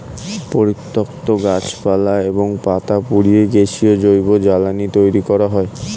পরিত্যক্ত গাছপালা এবং পাতা পুড়িয়ে গ্যাসীয় জৈব জ্বালানি তৈরি করা হয়